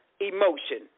emotion